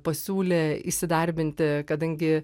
pasiūlė įsidarbinti kadangi